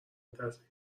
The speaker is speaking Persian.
تصمیم